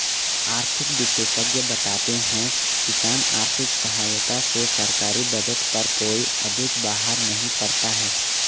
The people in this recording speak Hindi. आर्थिक विशेषज्ञ बताते हैं किसान आर्थिक सहायता से सरकारी बजट पर कोई अधिक बाहर नहीं पड़ता है